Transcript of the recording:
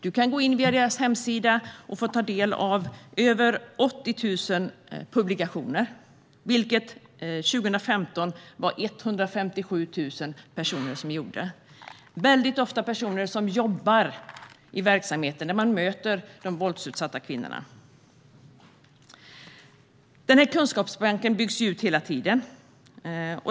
Du kan gå in via deras hemsida och få ta del av över 80 000 publikationer. Det var 157 000 personer som gjorde det 2015. Det är väldigt ofta personer som jobbar i verksamheter där de möter de våldsutsatta kvinnorna. Den kunskapsbanken byggs ut hela tiden.